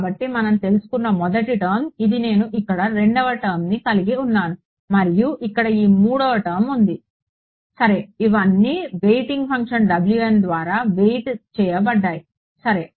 కాబట్టి మనం తెలుసుకున్న మొదటి టర్మ్ ఇది నేను ఇక్కడ రెండవ టర్మ్ని కలిగి ఉన్నాను మరియు ఇక్కడ ఈ మూడవ టర్మ్ ఉంది సరే ఇవన్నీ వెయిటింగ్ ఫంక్షన్ ద్వారా వెయిట్ చేయబడ్డాయి సరే